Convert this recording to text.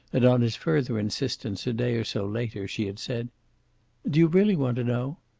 and on his further insistence a day or so later she had said do you really want to know?